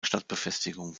stadtbefestigung